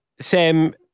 Sam